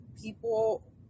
people